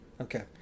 Okay